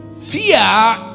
Fear